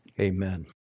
amen